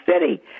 City